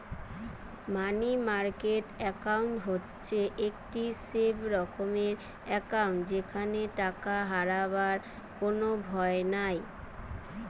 মানি market account হচ্ছে একটি safe রকমের একাউন্ট যেখানে টাকা হারাবার কোনো ভয় নাই